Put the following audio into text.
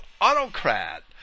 autocrat